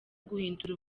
guhindura